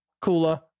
cooler